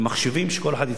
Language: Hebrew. כשכל אחד הצביע על המסך,